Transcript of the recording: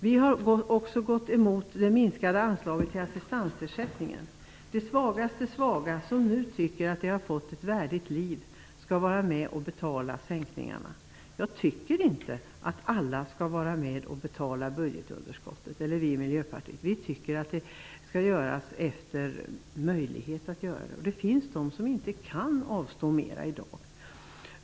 Vi har också gått emot minskat anslag till assistansersättning. De svagaste svaga, som nu tycker att de har fått ett värdigt liv, skulle vara med och betala sänkningarna. Vi i Miljöpartiet tycker inte att alla skall vara med och betala budgetunderskottet. Det skall man göra efter den möjlighet man har att göra det. Det finns de som i dag inte kan avstå mer.